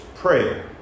prayer